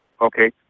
Okay